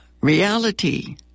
Reality